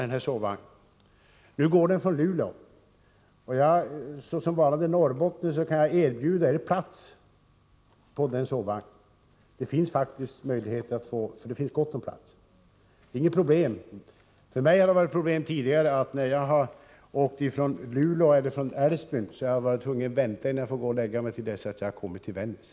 Nu går sovvagnen från Luleå, och såsom varande norrbottning kan jag erbjuda er plats i den — det finns gott om plats där. Det är inget problem, men för mig har det varit problem tidigare när jag åkt från Luleå eller Älvsbyn och varit tvungen att vänta med att få gå och lägga mig tills jag kommit till Vännäs.